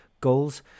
goals